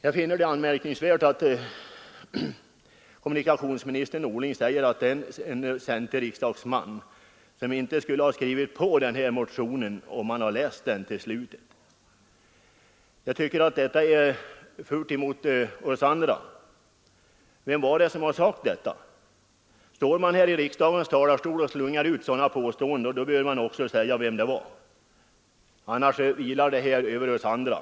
Jag finner det anmärkningsvärt att kommunikationsminister Norling säger att det finns en centerriksdagsman som inte skulle ha skrivit på den här motionen om han hade läst den till slut. Jag tycker att detta är fult mot oss andra. Vem är det som sagt så? Står man i riksdagens talarstol och slungar ut sådana påståenden bör man också säga vem det gäller — annars faller det på oss andra.